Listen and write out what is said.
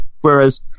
Whereas